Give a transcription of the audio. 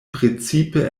precipe